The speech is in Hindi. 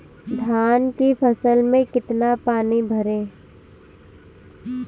धान की फसल में कितना पानी भरें?